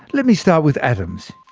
let me start with atoms